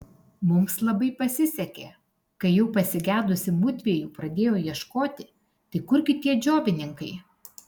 mums labai pasisekė kai jau pasigedusi mudviejų pradėjo ieškoti tai kurgi tie džiovininkai